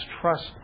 trust